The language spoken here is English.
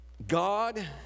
God